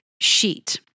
sheet